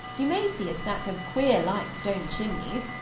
you may see a stack of queer-like stone chimneys.